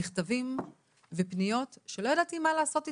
מכתבים ופניות שלא ידעתי מה לעשות איתם.